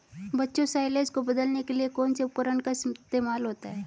बच्चों साइलेज को बदलने के लिए कौन से उपकरण का इस्तेमाल होता है?